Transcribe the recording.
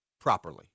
properly